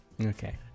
okay